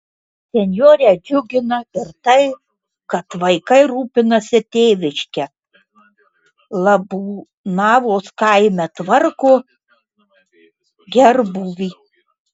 senjorę džiugina ir tai kad vaikai rūpinasi tėviške labūnavos kaime tvarko gerbūvį